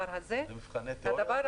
שהיה צריך להכניס לי את הזה למחשב.